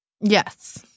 Yes